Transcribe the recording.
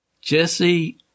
Jesse